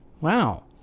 Wow